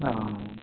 हँ